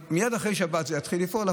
מייד אחרי שבת זה יתחיל לפעול,